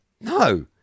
No